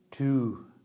Two